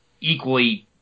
equally